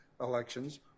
elections